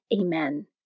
Amen